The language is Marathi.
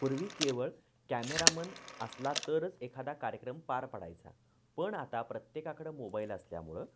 पूर्वी केवळ कॅमेरामन असला तरच एखादा कार्यक्रम पार पडायचा पण आता प्रत्येकाकडं मोबाईल असल्यामुळं